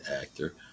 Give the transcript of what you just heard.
actor